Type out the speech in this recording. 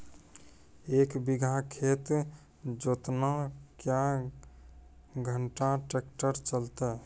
एक बीघा खेत जोतना क्या घंटा ट्रैक्टर चलते?